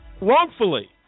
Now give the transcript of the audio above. wrongfully